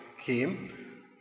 came